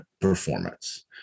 performance